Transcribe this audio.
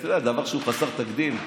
זה דבר שהוא חסר תקדים.